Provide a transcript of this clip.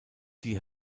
die